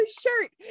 shirt